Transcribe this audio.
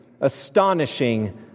astonishing